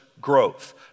growth